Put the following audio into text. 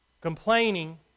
Complaining